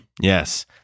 Yes